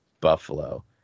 Buffalo